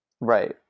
right